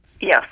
Yes